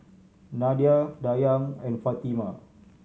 Nadia Dayang and Fatimah